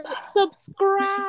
subscribe